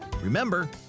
Remember